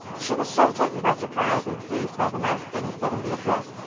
she was so taken by surprise and pleased by the nice things said in the address,